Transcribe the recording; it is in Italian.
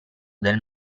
del